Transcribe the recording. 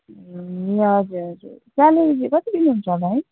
ए हजुर हजुर स्यालेरी चाहिँ कति दिनुहुन्छ होला है